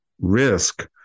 risk